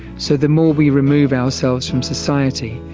so the more we remove ourselves from society,